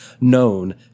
known